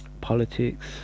politics